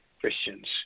Christians